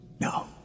No